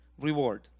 reward